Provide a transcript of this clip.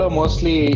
mostly